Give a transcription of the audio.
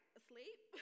asleep